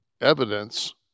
evidence